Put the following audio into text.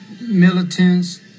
militants